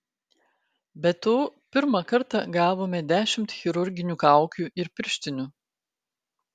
be to pirmą kartą gavome dešimt chirurginių kaukių ir pirštinių